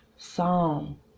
psalm